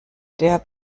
der